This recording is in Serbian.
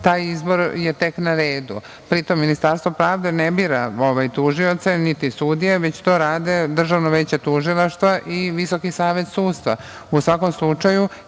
Taj izbor je tek na redu. Pri tom Ministarstvo pravde ne bira tužioce, niti sudije, već to radi Državno veće tužilaštva i Visoki savet sudstva.U